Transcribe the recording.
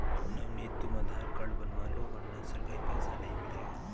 नवनीत तुम आधार कार्ड बनवा लो वरना सरकारी पैसा नहीं मिलेगा